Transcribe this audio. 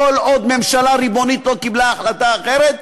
כל עוד ממשלה ריבונית לא קיבלה החלטה אחרת,